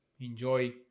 enjoy